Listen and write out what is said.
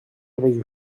avec